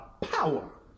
power